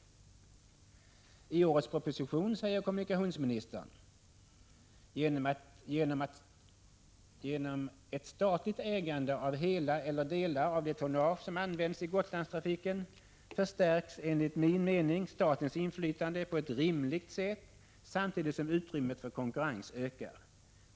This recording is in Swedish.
I årets proposition säger kommunikationsministern: ”Genom ett statligt ägande av hela eller delar av det tonnage som används i Gotlandstrafiken förstärks enligt min mening statens inflytande på ett rimligt sätt samtidigt som utrymmet för konkurrens ökar.